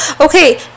okay